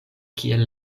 kiel